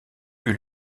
eut